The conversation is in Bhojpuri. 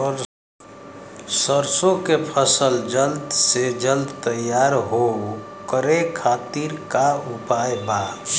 सरसो के फसल जल्द से जल्द तैयार हो ओकरे खातीर का उपाय बा?